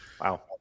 Wow